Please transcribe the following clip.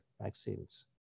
vaccines